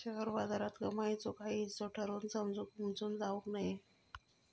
share बाजारात कमाईचो काही हिस्सो ठरवून समजून उमजून लाऊक व्हये